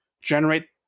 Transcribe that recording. generate